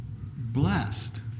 Blessed